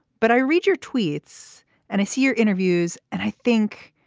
but i read your tweets and i see your interviews and i think